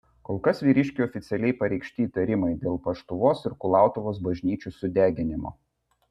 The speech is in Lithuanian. kol kas vyriškiui oficialiai pareikšti įtarimai dėl paštuvos ir kulautuvos bažnyčių sudeginimo